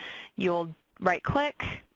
you'll right click,